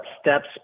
steps